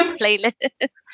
playlist